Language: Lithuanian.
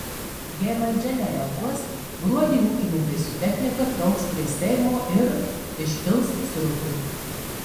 jei valdžia nereaguos gruodį ūkininkai su technika trauks prie seimo ir išpils srutų